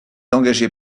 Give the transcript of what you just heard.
engagé